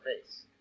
face